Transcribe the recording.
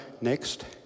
next